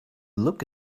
look